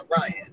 Ryan